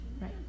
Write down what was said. right